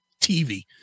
TV